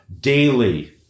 daily